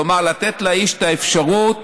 כלומר לתת לאיש את האפשרות